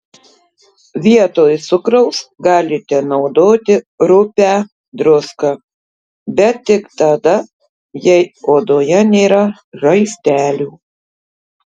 vietoj cukraus galite naudoti rupią druską bet tik tada jei odoje nėra žaizdelių